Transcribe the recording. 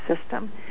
system